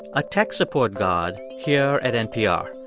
a tech support god here at npr.